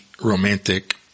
romantic